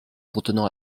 contenant